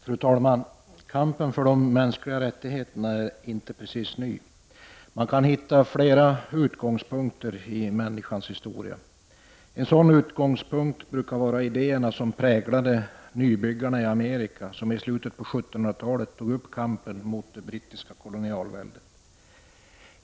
Fru talman! Kampen för de mänskliga rättigheterna är inte precis ny. Man kan hitta flera utgångspunkter i människans historia. En sådan utgångspunkt brukar vara idéerna som präglade nybyggarna i Amerika, som i slutet av 1700-talet tog upp kampen mot det brittiska kolonialväldet.